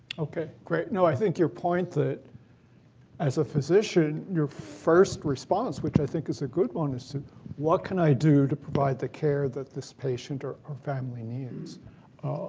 ok, great. no, i think your point that as a physician your first response, which i think is a good one, is what can i do to provide the care that this patient or or family needs?